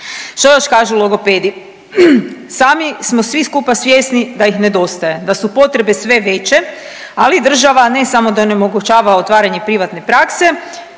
što još kažu logopedi? Sami smo svi skupa svjesni da ih nedostaje, da su potrebe sve veće, ali država ne samo da onemogućava otvaranje privatne prakse